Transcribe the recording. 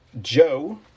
Joe